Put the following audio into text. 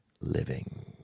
living